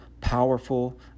powerful